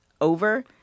over